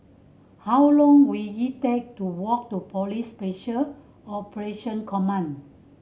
how long will it take to walk to Police Special Operation Command